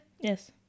Yes